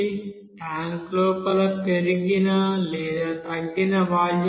tank లోపల పెరిగిన లేదా తగ్గిన వాల్యూమ్ రేటు